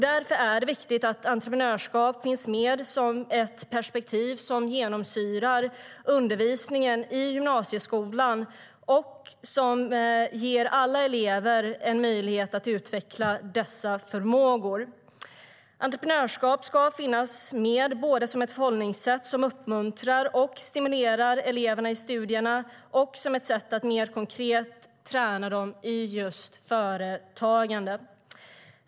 Därför är det viktigt att entreprenörskap finns med som ett perspektiv som genomsyrar undervisningen i gymnasieskolan och som ger alla elever en möjlighet att utveckla dessa förmågor. Entreprenörskap ska finnas med både som ett förhållningssätt som uppmuntrar och stimulerar eleverna i studierna och som ett sätt att mer konkret träna dem i just företagande.